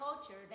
culture